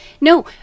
No